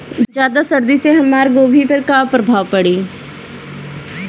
ज्यादा सर्दी से हमार गोभी पे का प्रभाव पड़ी?